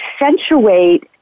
accentuate